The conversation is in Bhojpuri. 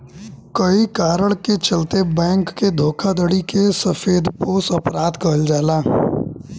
कए कारण के चलते बैंक के धोखाधड़ी के सफेदपोश अपराध कहल जाला